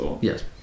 Yes